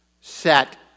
set